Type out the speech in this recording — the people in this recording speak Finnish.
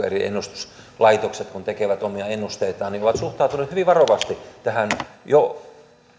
eri ennustuslaitokset kun tekevät omia ennusteitaan ovat suhtautuneet hyvin varovasti tähän jo